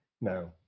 no